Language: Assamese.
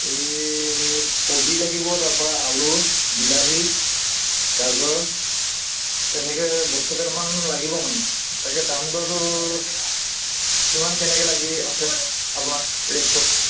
এই কবি লাগিব তাৰপা আলু বিলাহী গাজৰ তেনেকে বস্তু কেইটামান লাগিব মানে তাকে দামটোত কিমান কেনেকে লাগি আছে আপোনাৰ ৰেটটো